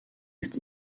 ist